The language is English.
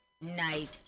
night